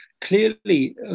clearly